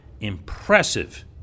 impressive